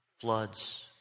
floods